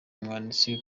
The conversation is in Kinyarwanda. umwanditsi